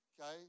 okay